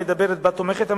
שבה הממשלה תומכת,